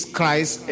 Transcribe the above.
Christ